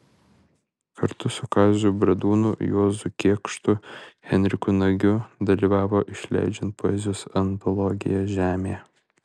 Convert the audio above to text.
kartu su kaziu bradūnu juozu kėkštu henriku nagiu dalyvavo išleidžiant poezijos antologiją žemė